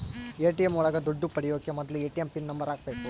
ATM ಒಳಗ ದುಡ್ಡು ಪಡಿಯೋಕೆ ಮೊದ್ಲು ಎ.ಟಿ.ಎಂ ಪಿನ್ ನಂಬರ್ ಹಾಕ್ಬೇಕು